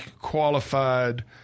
qualified